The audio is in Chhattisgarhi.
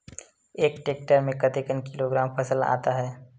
एक टेक्टर में कतेक किलोग्राम फसल आता है?